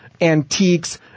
antiques